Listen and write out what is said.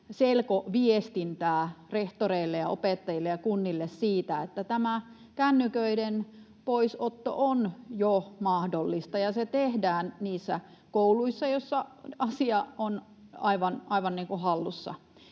selkoviestintää rehtoreille ja opettajille ja kunnille siitä, että tämä kännyköiden poisotto on jo mahdollista ja sitä tehdään niissä kouluissa, joissa asia on aivan hallussa.